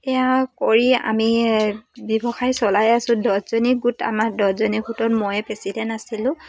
এয়া কৰি আমি ব্যৱসায় চলাই আছো দহজনী গোট আমাৰ দহজনী গোটত ময়ে প্ৰেচিডেণ্ট আছিলোঁ